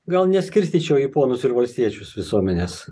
gal neskirstyčiau į ponus ir valstiečius visuomenės